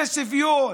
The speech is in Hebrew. זה שוויון,